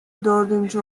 dördüncü